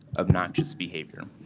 obnoxious behavior.